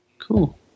cool